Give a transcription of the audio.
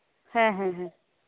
ᱦᱮᱸ ᱦᱮᱸ ᱦᱮᱸ